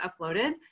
uploaded